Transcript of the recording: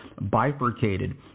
bifurcated